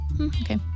Okay